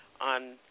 on